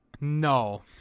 No